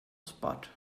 spot